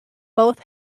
both